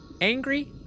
angry